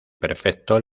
prefecto